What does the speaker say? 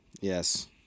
yes